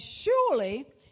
surely